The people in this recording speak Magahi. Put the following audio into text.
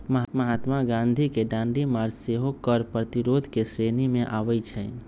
महात्मा गांधी के दांडी मार्च सेहो कर प्रतिरोध के श्रेणी में आबै छइ